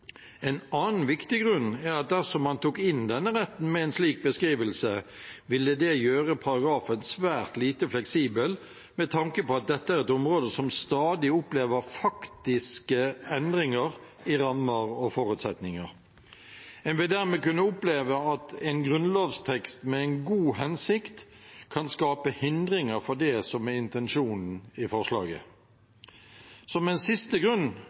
En annen viktig grunn er at dersom man tok inn denne retten med en slik beskrivelse, ville det gjøre paragrafen svært lite fleksibel med tanke på at dette er et område der man stadig opplever faktiske endringer i rammer og forutsetninger. En vil dermed kunne oppleve at en grunnlovstekst med en god hensikt kan skape hindringer for det som er intensjonen i forslaget. Som en siste grunn